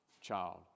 child